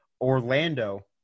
Orlando